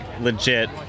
legit